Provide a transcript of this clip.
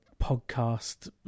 podcast